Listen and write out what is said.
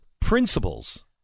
principles